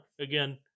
again